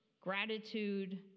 gratitude